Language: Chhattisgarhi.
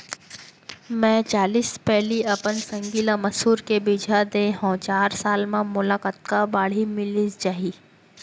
मैं चालीस पैली अपन संगी ल मसूर के बीजहा दे हव चार साल म मोला कतका बाड़ही मिलिस जाही?